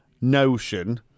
notion